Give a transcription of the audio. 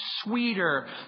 sweeter